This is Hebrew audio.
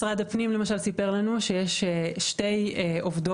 משרד הפנים למשל סיפר לנו שיש שתי עובדות,